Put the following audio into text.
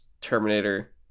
Terminator